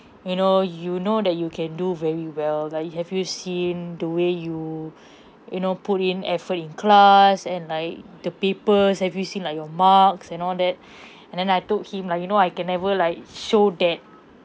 you know you know that you can do very well like you have you seen the way you you know put in effort in class and like the papers have you seen like your marks and all that and then I told him like you know I can never like show that